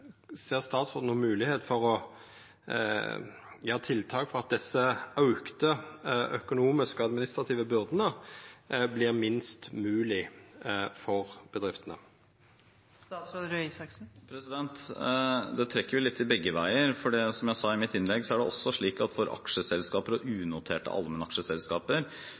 Ser statsråden noka moglegheit for å setja i verk tiltak for at desse auka økonomiske og administrative byrdene vert minst moglege for bedriftene? Det trekker vel litt begge veier, for som jeg sa i mitt innlegg, er det også slik at for aksjeselskaper og unoterte allmennaksjeselskaper